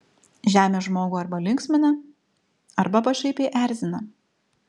žemė žmogų arba linksmina arba pašaipiai erzina